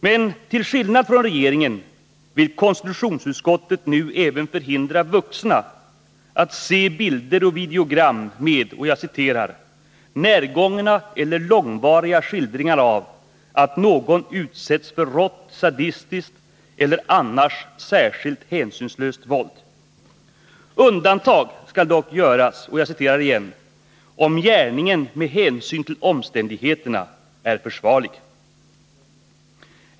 Men till skillnad från regeringen vill konstitutionsutskottet nu även förhindra vuxna att se bilder och videogram med ”närgångna eller långvariga skildringar av att någon utsätts för rått eller sadistiskt våld” då detta är ”uppenbart oförsvarligt”.